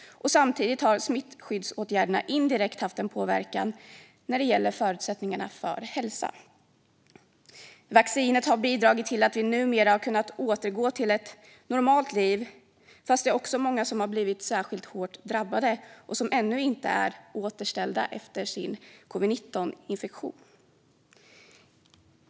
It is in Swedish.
Samtidigt har smittskyddsåtgärderna indirekt haft en påverkan på förutsättningarna för hälsa. Vaccinet har bidragit till att vi numera har kunnat återgå till ett normalt liv, fast det är också många som har blivit särskilt hårt drabbade och som ännu inte är återställda efter sin covid-19-infektion.